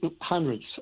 hundreds